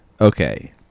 Okay